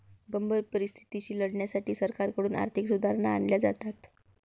गंभीर परिस्थितीशी लढण्यासाठी सरकारकडून आर्थिक सुधारणा आणल्या जातात